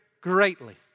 greatly